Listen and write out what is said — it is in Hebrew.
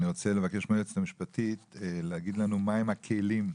אני רוצה לבקש מהיועצת המשפטית להגיד לנו מה הם הכלים,